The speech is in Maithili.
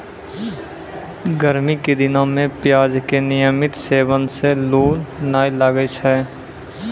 गर्मी के दिनों मॅ प्याज के नियमित सेवन सॅ लू नाय लागै छै